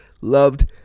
loved